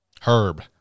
Herb